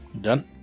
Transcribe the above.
done